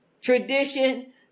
tradition